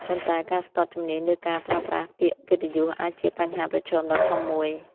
ប៉ុន្តែការស្ទាត់ជំនាញលើការប្រើប្រាស់ពាក្យកិត្តិយសអាចជាបញ្ហាប្រឈមដ៏ធំមួយ។